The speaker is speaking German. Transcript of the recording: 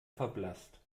verblasst